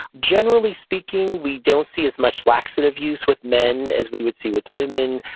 generally speaking, we don't see as much laxative use with men as we would see with women.